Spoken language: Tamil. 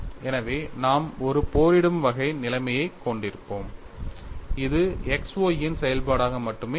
எனவே நாம் ஒரு போரிடும் வகை நிலைமையைக் கொண்டிருப்போம் அது x y இன் செயல்பாடாக மட்டுமே இருக்கும்